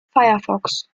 firefox